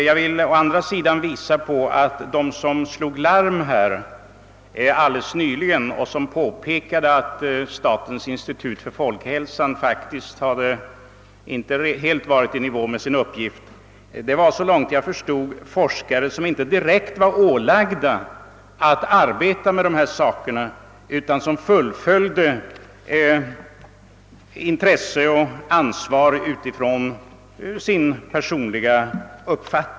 Jag vill å andra sidan peka på det förhållandet att de forskare, som alldeles nyligen slog larm och påpekade att statens institut för folkhälsan faktiskt inte hade agerat fullt i nivå med sin uppgift på detta område, inte var direkt ålagda att arbeta med dessa frågor utan hade tagit upp spörsmålet av eget intresse och känsla av ansvar.